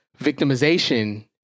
victimization